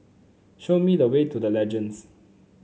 show me the way to The Legends